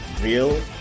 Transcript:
real